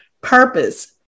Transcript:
purpose